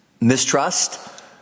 mistrust